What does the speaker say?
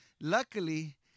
luckily